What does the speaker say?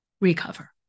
recover